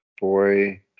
boy